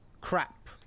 crap